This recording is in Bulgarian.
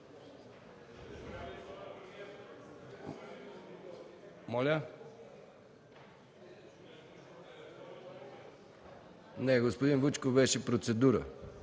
МИКОВ: На господин Вучков беше процедура.